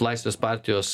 laisvės partijos